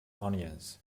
onions